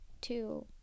two